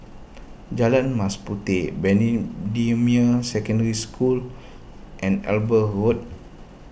Jalan Mas Puteh Secondary School and Eber Road